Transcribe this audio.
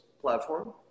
platform